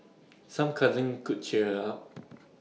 some cuddling could cheer her up